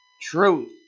truth